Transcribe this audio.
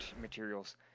materials